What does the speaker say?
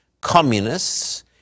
communists